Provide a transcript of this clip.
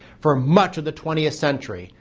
for much of the twentieth century,